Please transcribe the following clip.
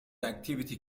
activity